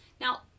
Now